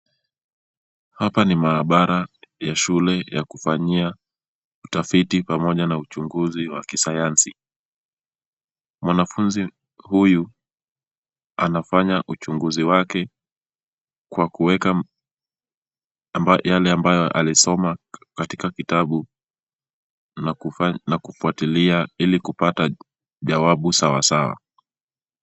Hapa ni maabara ya shule ya kufanyia utafiti pamoja na uchunguzi wa kisayansi. Mwanafunzi huyu anafanya uchunguzi wake kwa kuweka yale ambayo alisoma katika kitabu na kufuatilia ili kupata jawabu sawasawa.